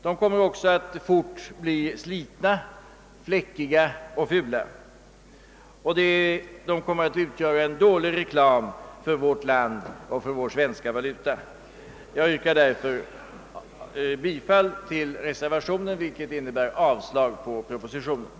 De kommer fort att bli slitna, fläckiga och fula och de kommer att utgöra en dålig reklam för vårt land och vår svenska valuta. Jag yrkar bifall till reservationen, vilken innebär avslag på propositionen.